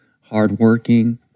hardworking